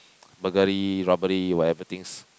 burglary robbery whatever things